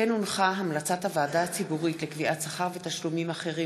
המלצת הוועדה הציבורית לקביעת שכר ותשלומים אחרים